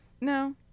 No